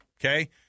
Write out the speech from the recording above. okay